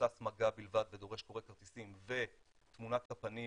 מבוסס מגע בלבד ודורש קורא כרטיסים ותמונת הפנים,